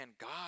God